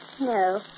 No